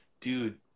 dude